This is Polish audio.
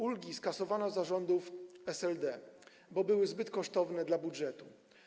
Ulgi skasowano za rządów SLD, bo były zbyt kosztowne dla budżetu.